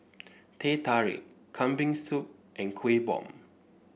Teh Tarik Kambing Soup and Kuih Bom